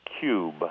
Cube